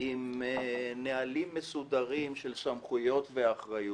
וללא נהלים מסודרים של סמכויות ואחריות.